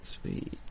Sweet